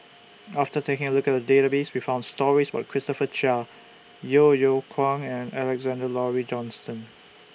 after taking A Look At The Database We found stories about Christopher Chia Yeo Yeow Kwang and Alexander Laurie Johnston